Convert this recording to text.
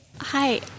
Hi